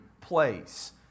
place